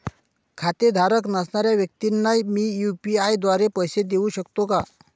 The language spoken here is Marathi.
खातेधारक नसणाऱ्या व्यक्तींना मी यू.पी.आय द्वारे पैसे देऊ शकतो का?